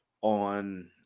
on